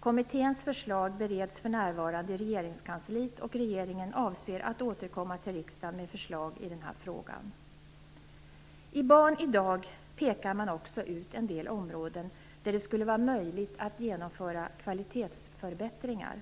Kommitténs förslag bereds för närvarande i regeringskansliet, och regeringen avser att återkomma till riksdagen med förslag i den här frågan. I Barn idag pekar man också ut en del områden där det skulle vara möjligt att genomföra kvalitetsförbättringar.